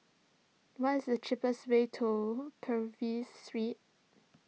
what is the cheapest way to Purvis Street